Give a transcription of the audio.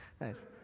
Nice